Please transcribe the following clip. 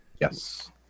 Yes